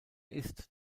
ist